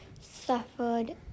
suffered